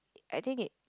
I think it